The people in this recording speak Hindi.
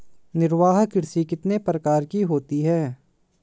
निर्वाह कृषि कितने प्रकार की होती हैं?